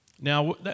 Now